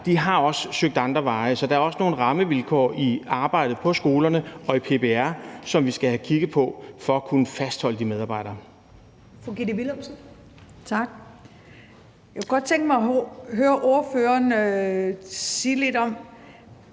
de har også søgt andre veje. Så der er også nogle rammevilkår i arbejdet på skolerne og i PPR, som vi skal have kigget på for at kunne fastholde de medarbejdere. Kl. 15:46 Første næstformand (Karen Ellemann): Fru Gitte Willumsen.